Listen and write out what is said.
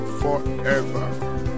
forever